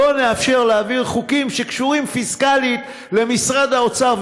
לא נאפשר להעביר חוקים שקשורים פיסקלית למשרד האוצר,